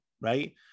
right